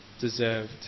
deserved